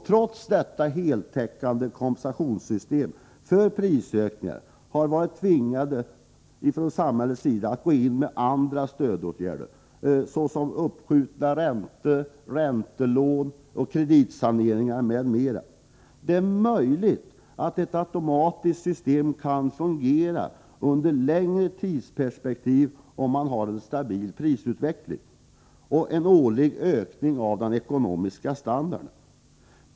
Trots ett heltäckande kompensationssystem för prisökningar har samhället varit tvingat att tillgripa andra stödåtgärder såsom uppskjutna räntor, räntestöd och kreditsanering m.m. Det är möjligt att ett automatiskt system skulle kunna fungera under en längre tidsperiod, om man samtidigt har en stabil prisutveckling och en årlig ökning av den ekonomiska standarden.